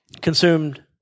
consumed